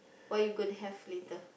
what you gonna have later